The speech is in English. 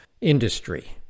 industry